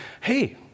hey